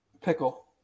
Pickle